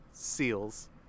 Seals